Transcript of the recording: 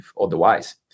otherwise